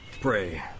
Pray